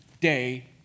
day